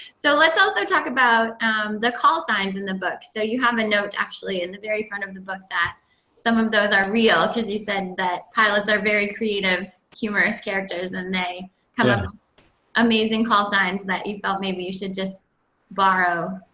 so let's also talk about and the call signs in the book. so you have a note, actually, in the very front of the book, that some of those are real. because you said that pilots are very creative, humorous characters, and they come up amazing call signs that you felt maybe you should just borrow.